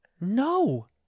no